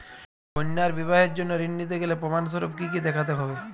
কন্যার বিবাহের জন্য ঋণ নিতে গেলে প্রমাণ স্বরূপ কী কী দেখাতে হবে?